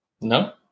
No